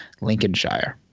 Lincolnshire